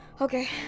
Okay